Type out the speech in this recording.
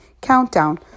countdown